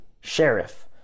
Sheriff